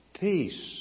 peace